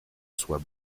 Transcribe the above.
soit